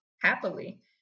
happily